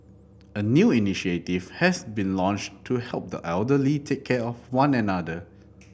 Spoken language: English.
a new initiative has been launched to help the elderly take care of one another